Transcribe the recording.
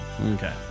Okay